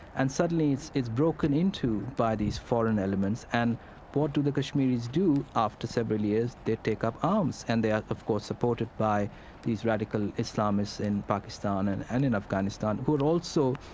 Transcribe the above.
and suddenly, it's it's broken into by these foreign elements. and what do the kashmiris do after several years? they take up arms. and they are, of course, supported by these radical islamists in pakistan and and in afghanistan who are also,